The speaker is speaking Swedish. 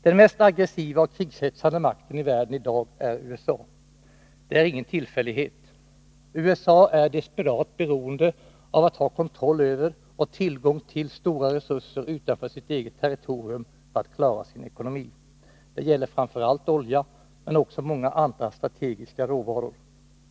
Den mest aggressiva och krigshetsande makten i världen i dag är USA. Det är ingen tillfällighet. USA är desperat beroende av att ha kontroll över och tillgång till stora resurser utanför sitt eget territorium för att klara sin ekonomi. Det gäller framför allt olja, men också många andra strategiska råvaror.